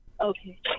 Okay